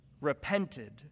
repented